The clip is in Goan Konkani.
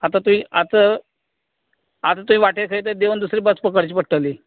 आतां तुयें आतां आतां तुयें वाटेर खंय तरी देवून दुसरी बस पकडची पडटली